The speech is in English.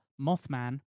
Mothman